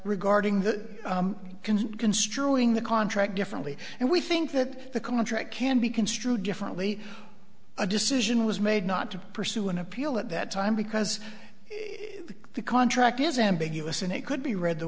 construing the contract differently and we think that the contract can be construed differently a decision was made not to pursue an appeal at that time because the contract is ambiguous and it could be read the